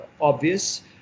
obvious